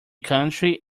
country